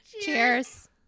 Cheers